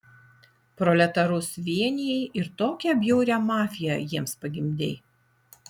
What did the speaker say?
proletarus vienijai ir tokią bjaurią mafiją jiems pagimdei